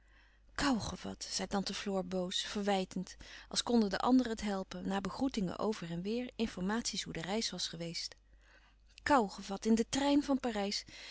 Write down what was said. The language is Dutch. koû gevat zei tante floor boos verwijtend als konden de anderen het helpen na begroetingen over en weêr informaties hoe de reis was geweest koû gevat in den trein van parijs